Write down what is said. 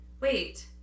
wait